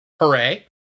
hooray